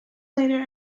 later